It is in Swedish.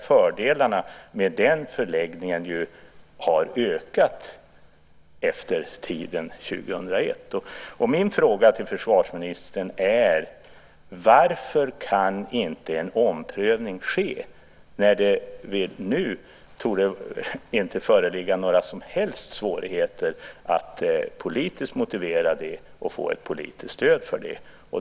Fördelarna med den förläggningen har ju ökat under tiden efter 2001. Min fråga till försvarsministern är: Varför kan inte en omprövning ske? Nu torde det inte föreligga några som helst svårigheter att politiskt motivera det och få ett politiskt stöd för det.